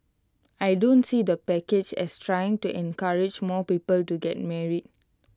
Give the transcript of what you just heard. I don't see the package as trying to encourage more people to get married